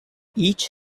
each